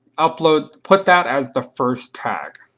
ah put put that as the first tag.